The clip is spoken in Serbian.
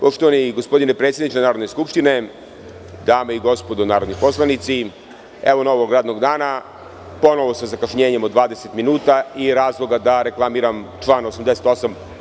Poštovani gospodine predsedniče Narodne skupštine, dame i gospodo narodni poslanici, evo novog radnog dana ponovo sa zakašnjenjem od 20 minuta i razloga da reklamiram član 88.